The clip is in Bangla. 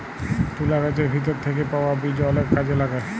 তুলা গাহাচের ভিতর থ্যাইকে পাউয়া বীজ অলেক কাজে ল্যাগে